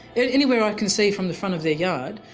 and anywhere i can see from the front of their yard,